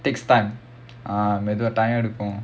takes time uh மெதுவா:methuvaa time எடுக்கும்:edukkum